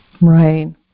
Right